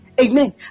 Amen